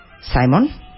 Simon